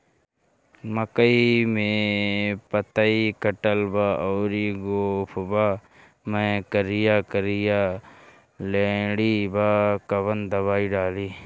मकई में पतयी कटल बा अउरी गोफवा मैं करिया करिया लेढ़ी बा कवन दवाई डाली?